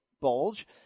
bulge